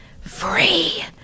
free